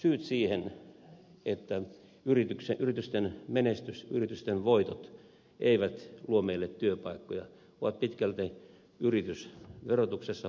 syyt siihen että yritysten menestys yritysten voitot eivät luo meille työpaikkoja ovat pitkälti yritysverotuksessa pääomatulojen verotuksessa